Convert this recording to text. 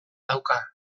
dauka